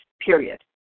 period